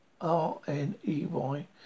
r-n-e-y